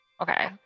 okay